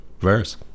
verse